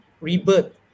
rebirth